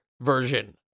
version